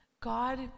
God